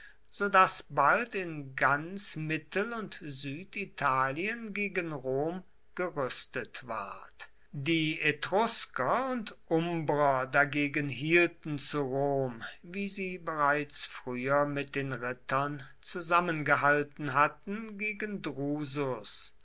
so daß bald in ganz mittel und süditalien gegen rom gerüstet ward die etrusker und umbrer dagegen hielten zu rom wie sie bereits früher mit den rittern zusammengehalten hatten gegen drusus